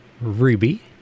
Ruby